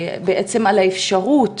על האפשרות